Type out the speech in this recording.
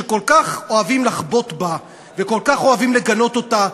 שכל כך אוהבים לחבוט בה וכל כך אוהבים לגנות אותה,